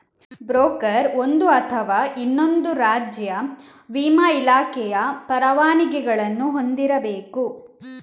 broker ಒಂದು ಅಥವಾ ಇನ್ನೊಂದು ರಾಜ್ಯ ವಿಮಾ ಇಲಾಖೆಯ ಪರವಾನಗಿಗಳನ್ನು ಹೊಂದಿರಬೇಕು